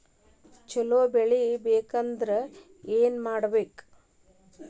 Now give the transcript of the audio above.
ಛಲೋ ಬೆಳಿ ತೆಗೇಬೇಕ ಅಂದ್ರ ಏನು ಮಾಡ್ಬೇಕ್?